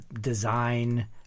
design